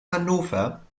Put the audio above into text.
hannover